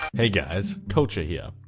hey guys, culture here!